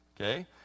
Okay